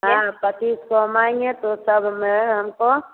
हाँ पच्चीस को हम आएँगे तो सब में हमको